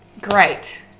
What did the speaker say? great